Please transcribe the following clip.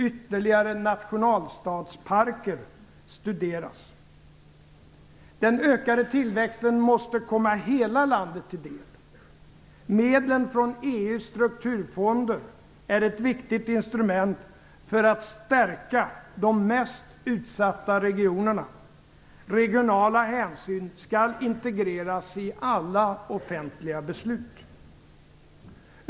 Ytterligare nationalstadsparker studeras. Den ökade tillväxten måste komma hela landet till del. Medlen från EU:s strukturfonder är ett viktigt instrument för att stärka de mest utsatta regionerna. Regionala hänsyn skall integreras i alla offentliga beslut.